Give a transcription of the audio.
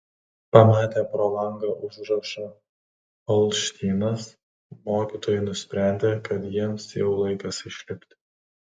pamatę pro langą užrašą olštynas mokytojai nusprendė kad jiems jau laikas išlipti